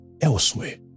elsewhere